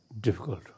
difficult